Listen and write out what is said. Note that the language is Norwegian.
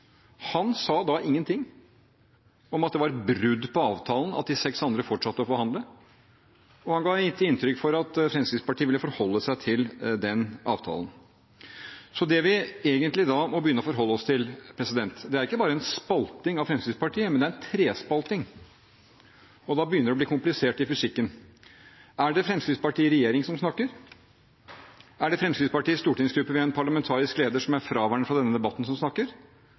Han sa da ingen ting om at det var et brudd på avtalen at de seks andre fortsatte å forhandle, og han ga et inntrykk av at Fremskrittspartiet ville forholde seg til den avtalen. Så det vi egentlig da må begynne å forholde oss til, er ikke bare en spalting av Fremskrittspartiet, men det er en trespalting. Og da begynner det å bli komplisert i fysikken. Er det Fremskrittspartiet i regjering som snakker? Er det Fremskrittspartiets stortingsgruppe ved en parlamentarisk leder som er fraværende fra denne debatten, som snakker?